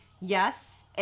yes